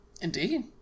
Indeed